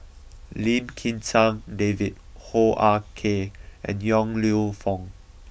Lim Kim San David Hoo Ah Kay and Yong Lew Foong